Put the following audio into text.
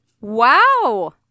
Wow